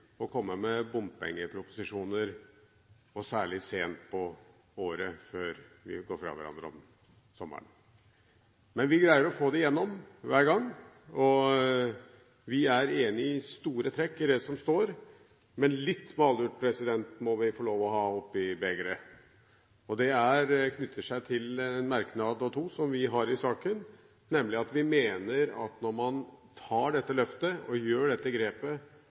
å komme med bompengeproposisjoner, og særlig sent på året før vi går fra hverandre om sommeren. Men vi greier å få det gjennom hver gang. Og vi er i store trekk enige om det som står. Men litt malurt må vi få lov til å ha oppi begeret. Og det knytter seg til en merknad og to som vi har i saken, nemlig at vi mener at når man tar dette løftet og gjør dette grepet